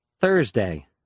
Thursday